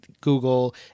Google